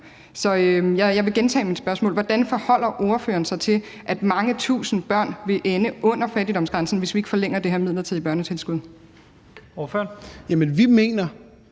jeg vil gentage mit spørgsmål: Hvordan forholder ordføreren sig til, at mange tusind børn vil ende under fattigdomsgrænsen, hvis vi ikke forlænger det her midlertidige børnetilskud? Kl. 14:20 Første